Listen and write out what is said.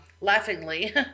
laughingly